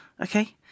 Okay